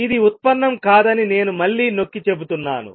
ఇది ఉత్పన్నం కాదని నేను మళ్ళీ నొక్కి చెబుతున్నాను